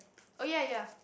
oh ya ya